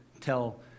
tell